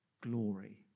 glory